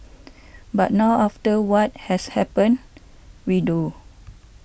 but now after what has happened we do